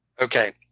Okay